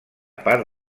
part